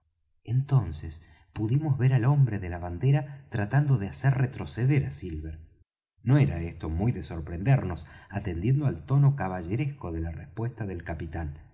entonces pudimos ver al hombre de la bandera tratando de hacer retroceder á silver no era esto muy de sorprendernos atendiendo al tono caballeresco de la respuesta del capitán